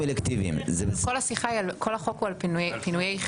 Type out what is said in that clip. כל החוק הוא על פינויי חירום.